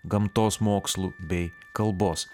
gamtos mokslų bei kalbos